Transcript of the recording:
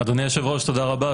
אדוני היושב ראש, תודה רבה.